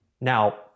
Now